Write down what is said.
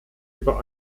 über